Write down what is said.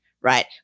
right